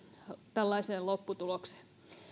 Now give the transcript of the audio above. tällaiseen lopputulokseen